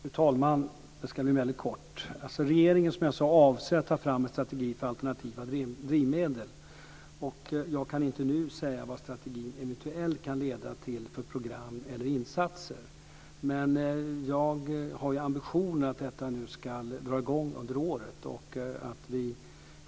Fru talman! Jag ska fatta mig kort. Regeringen avser att ta fram en strategi för alternativa drivmedel. Jag kan inte nu säga vad strategin eventuellt kan leda till för program eller insatser, men jag har ambitionen att detta ska dra i gång nu under året.